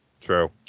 true